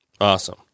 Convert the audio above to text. Awesome